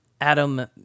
Adam